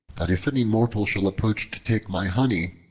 that if any mortal shall approach to take my honey,